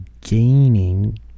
gaining